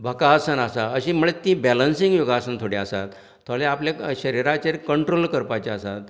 भकासन आसा अशीं म्हणजे ती बेलंन्सींग योगासन थोडी आसात थोडे आपल्या शरिरांचेर कंन्ट्रोल करपाचीं आसात